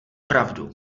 pravdu